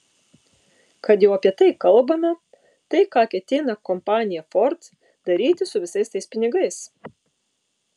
kad jau apie tai kalbame tai ką ketina kompanija ford daryti su visais tais pinigais